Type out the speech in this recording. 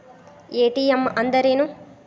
ATM ಅಂದ್ರ ಏನು?